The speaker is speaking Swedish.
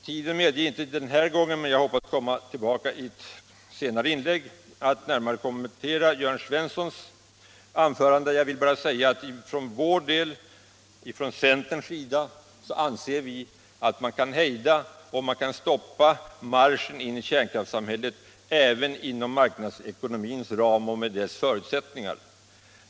Tiden medger inte den här gången - men jag hoppas kunna komma tillbaka i ett senare inlägg — att jag närmare kommenterar herr Jörn Svenssons anförande. Jag vill bara säga att vi för vår del, från centerpartiets sida, anser att man skall kunna hejda och stoppa marschen in i kärnkraftssamhället även inom marknadsekonomins ram och med dess förutsättningar.